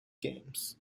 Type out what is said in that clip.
games